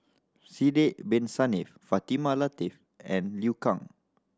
Sidek Bin Saniff Fatimah Lateef and Liu Kang